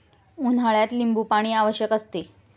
उन्हाळ्यात लिंबूपाणी आवश्यक असते